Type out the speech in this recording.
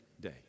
day